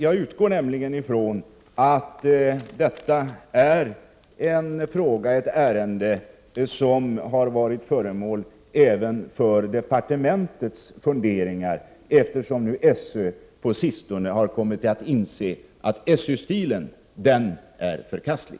Jag utgår nämligen ifrån att detta är ett ärende som har varit föremål för även departementets funderingar, eftersom SÖ nu på sistone har kommit att inse att SÖ-stilen är förkastlig.